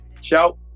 Ciao